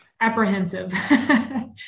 Apprehensive